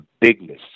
bigness